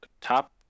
Top